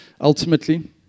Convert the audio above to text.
ultimately